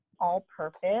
all-purpose